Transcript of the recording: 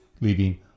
leaving